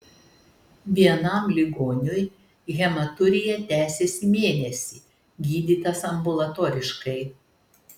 vienam ligoniui hematurija tęsėsi mėnesį gydytas ambulatoriškai